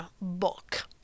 book